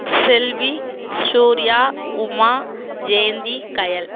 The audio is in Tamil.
செல்வி சூர்யா உமா ஜெயந்தி கயல்